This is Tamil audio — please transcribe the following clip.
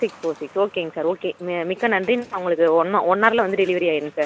சிக்ஸ் ஃபோர் சிக்ஸ் ஓகேங்க சார் ஓகே மி மிக்க நன்றி நான் உங்களுக்கு ஒன்ன ஒன் ஹவரில்வந்து டெலிவரி ஆகிரும் சார்